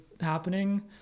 happening